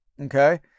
Okay